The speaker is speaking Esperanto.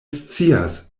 scias